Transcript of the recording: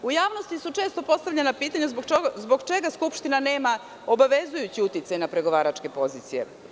U javnosti su često postavljanja pitanja zbog čega Skupština nema obavezujući uticaj na pregovaračke pozicije.